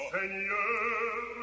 Seigneur